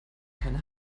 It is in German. keine